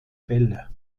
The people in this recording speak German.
bälle